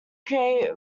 create